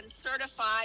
certified